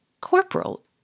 Corporal